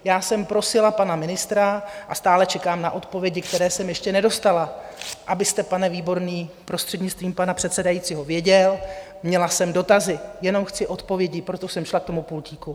Já jsem prosila pana ministra a stále čekám na odpovědi, které jsem ještě nedostala, abyste pane Výborný, prostřednictvím pana předsedajícího, věděl, měla jsem dotazy, jenom chci odpovědi, proto jsem šla k tomu pultíku.